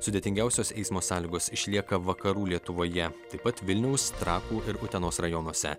sudėtingiausios eismo sąlygos išlieka vakarų lietuvoje taip pat vilniaus trakų ir utenos rajonuose